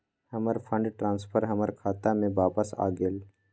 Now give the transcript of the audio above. हमर fund transfer हमर खाता में वापस आ गेल